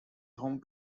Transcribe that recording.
home